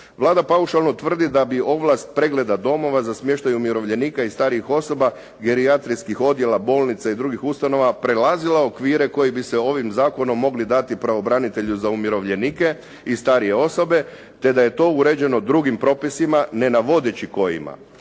Vlada paušalno tvrdi da bi ovlast pregleda domova za smještaj umirovljenika i starijih osoba, gerijatrijskih odjela bolnica i drugih ustanova, prelazila okvire koji bi se ovim zakonom mogli dati pravobranitelju za umirovljenike i starije osobe te da je to uređeno drugim propisima, ne navodeći kojima.